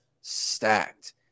stacked